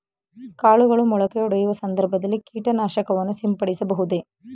ಕಾಳುಗಳು ಮೊಳಕೆಯೊಡೆಯುವ ಸಂದರ್ಭದಲ್ಲಿ ಕೀಟನಾಶಕವನ್ನು ಸಿಂಪಡಿಸಬಹುದೇ?